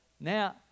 Now